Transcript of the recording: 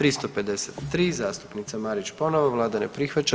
353. zastupnica Marić ponovo, vlada ne prihvaća.